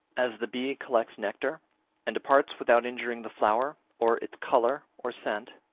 as the bee collects nectar and departs without injuring the flower, or its colour or scent,